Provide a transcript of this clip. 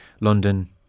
London